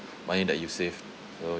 money that you saved so